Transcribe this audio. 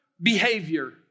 behavior